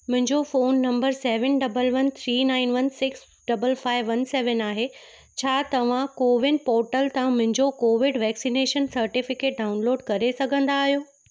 मुंहिंजो phone number seven double one three nine one six double five one seven आहे छा तव्हां CoWIN portal तां मुंहिंजो कोविड वैक्सनेशन सर्टिफिकेट डाउनलोड करे सघंदा आहियो